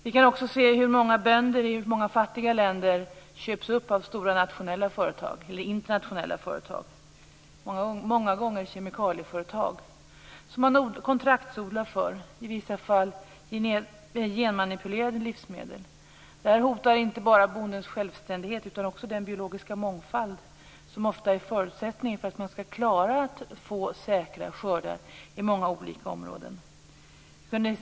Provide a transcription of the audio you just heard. Vi kan också se att en hel del bönder i många fattiga länder köps upp av stora internationella företag, ofta kemikalieföretag, som man kontraktsodlar för. I vissa fall handlar det om genmanipulerade livsmedel. Detta hotar inte bara bondens självständighet utan också den biologiska mångfald som ofta är en förutsättning för att man skall klara av att få säkra skördar. Det gäller många olika områden.